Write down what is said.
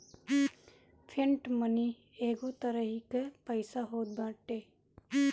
fiat money एगो तरही कअ पईसा होत बाटे